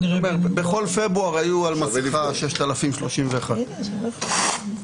בכל פברואר היו על מסכה 6,031 קנסות.